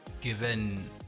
given